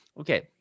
okay